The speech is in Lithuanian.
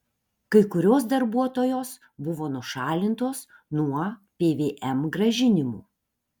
kai kurios darbuotojos buvo nušalintos nuo pvm grąžinimų